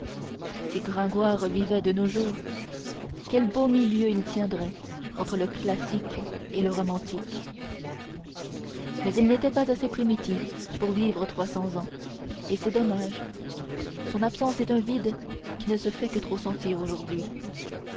si gringoire vivait de nos jours quel beau milieu il tiendrait entre le classique et le romantique mais il n'était pas assez primitif pour vivre trois cents ans et c'est dommage son absence est un vide qui ne se fait que trop sentir aujourd'hui